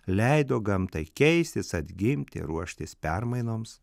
leido gamtai keistis atgimti ruoštis permainoms